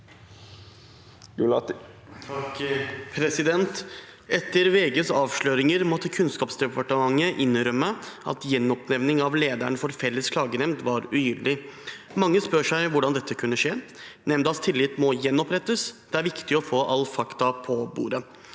(FrP) «Etter VGs av- sløringer måtte Kunnskapsdepartementet innrømme at gjenoppnevning av lederen for Felles klagenemnd var ugyldig. Mange spør seg hvordan dette kunne skje. Nemndas tillit må gjenopprettes. Det er viktig å få all fakta på bordet.